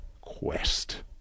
quest